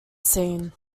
scene